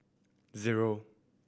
zero